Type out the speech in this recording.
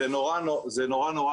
זה נורא תלוי.